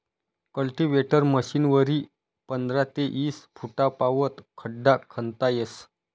cultivator मशीनवरी पंधरा ते ईस फुटपावत खड्डा खणता येस